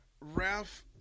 Ralph